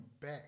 back